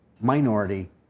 minority